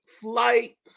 flight